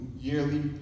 yearly